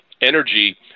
energy